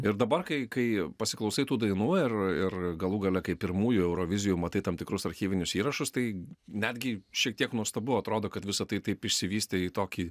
ir dabar kai kai pasiklausai tų dainų ir ir galų gale kaip pirmųjų eurovizijų matai tam tikrus archyvinius įrašus tai netgi šiek tiek nuostabu atrodo kad visa tai taip išsivystė į tokį